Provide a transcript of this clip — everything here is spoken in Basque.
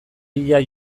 bila